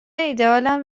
ایدهآلم